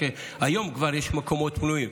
היום כבר יש מקומות פנויים,